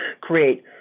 create